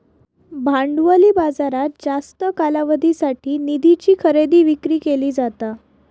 भांडवली बाजारात जास्त कालावधीसाठी निधीची खरेदी विक्री केली जाता